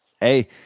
hey